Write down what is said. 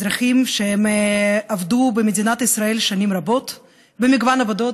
אזרחים שעבדו במדינת ישראל שנים רבות במגוון עבודות,